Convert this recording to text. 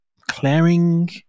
clearing